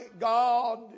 God